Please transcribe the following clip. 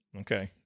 Okay